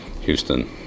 Houston